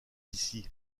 d’ici